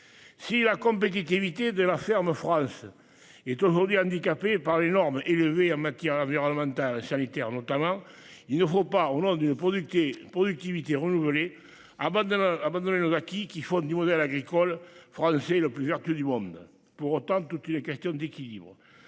Si la compétitivité de la ferme France. Est aujourd'hui handicapé par les normes élevées en matière environnementale sanitaire notamment. Il ne faut pas au nom d'une productivité productivité renouvelé avant d'abandonner le gars qui, qui font du modèle agricole français le plusieurs du monde pour autant toutes les questions d'équilibre